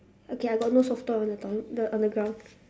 okay I got no soft toy on the toy the on the ground